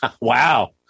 Wow